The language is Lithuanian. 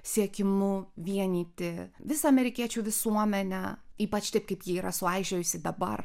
siekimu vienyti visą amerikiečių visuomenę ypač taip kaip ji yra suaižėjusi dabar